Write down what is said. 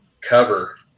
cover